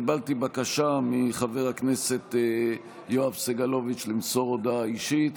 קיבלתי בקשה מחבר הכנסת יואב סגלוביץ' למסור הודעה אישית,